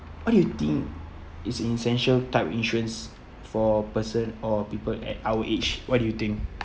what do you think is essential type of insurance for person or people at our age what do you think